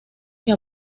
que